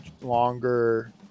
longer